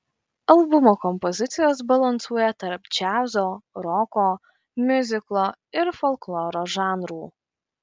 albumo kompozicijos balansuoja tarp džiazo roko miuziklo ir folkloro žanrų